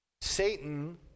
Satan